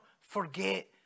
forget